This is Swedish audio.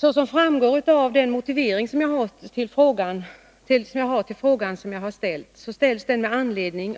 Såsom framgår av motiveringen har jag ställt den här frågan med anledning